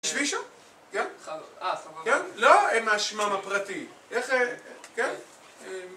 יש מישהו? כן? לא? אין מאשמם הפרטי איך אה... כן?